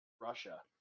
Russia